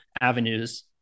avenues